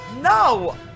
No